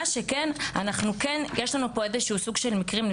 יש לנו מקרים הומניטריים,